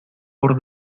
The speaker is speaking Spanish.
por